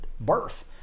birth